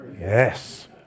Yes